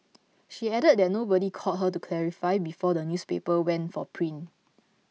she added that nobody called her to clarify before the newspaper went for print